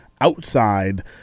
outside